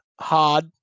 hard